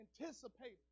anticipating